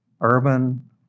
urban